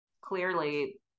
clearly